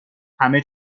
همه